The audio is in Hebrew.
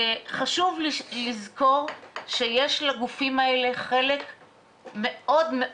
חשוב לזכור שיש לגופים האלה חלק מאוד מאוד